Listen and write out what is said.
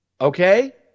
okay